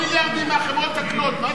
אדוני היושב-ראש, תדריך אותי מתי